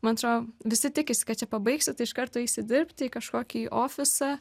man atrodo visi tikisi kad čia pabaigsi tai iš karto eisi dirbti į kažkokį ofisą